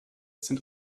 sind